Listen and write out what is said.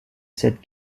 cette